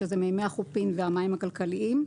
שזה מימי החופים והמים הכלכליים.